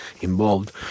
involved